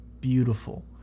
beautiful